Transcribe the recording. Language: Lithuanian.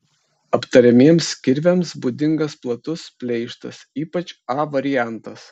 aptariamiems kirviams būdingas platus pleištas ypač a variantas